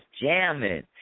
jamming